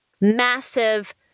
massive